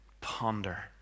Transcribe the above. Ponder